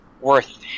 worth